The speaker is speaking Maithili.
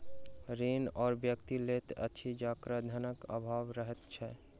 ऋण ओ व्यक्ति लैत अछि जकरा धनक आभाव रहैत छै